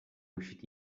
usciti